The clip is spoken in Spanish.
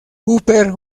cooper